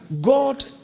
God